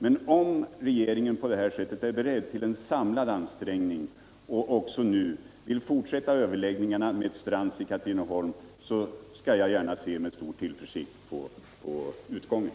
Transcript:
Men om regeringen på det här sättet är beredd till en samlad ansträngning och nu vill fortsätta överläggningarna med Strands i Katrineholm borde vi kunna sc med tillförsikt på utgången.